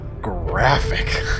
graphic